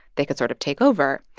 they could sort of take over.